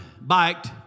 biked